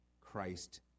Christ